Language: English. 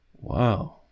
wow